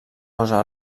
cosa